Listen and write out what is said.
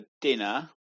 dinner